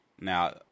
Now